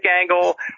angle